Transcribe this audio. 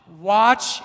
watch